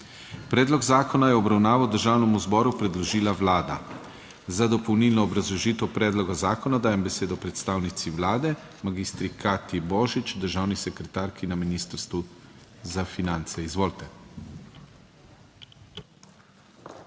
Predlog zakona je v obravnavo Državnemu zboru predložila Vlada. Za dopolnilno obrazložitev predloga zakona dajem besedo predstavnici Vlade magistri Katji Božič, državni sekretarki na Ministrstvu za finance. Izvolite.